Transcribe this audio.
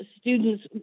students